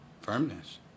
firmness